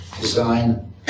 design